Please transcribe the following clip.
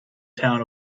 town